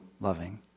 loving